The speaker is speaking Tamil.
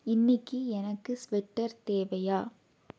இன்னிக்கு எனக்கு ஸ்வெட்டர் தேவையா